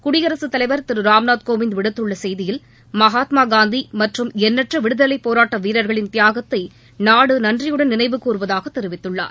குடியரசுத்தலைவர் திரு ராம்நாத் கோவிந்த் விடுத்துள்ள செய்தியில் மகாத்மாகாந்தி மற்றும் என்னற்ற விடுதலைப்போராட்ட வீரர்களின் தியாகத்தை நாடு நன்றியுடன் நினைவுகூர்வதாக தெரிவித்துள்ளார்